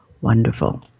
Wonderful